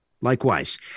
Likewise